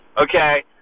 okay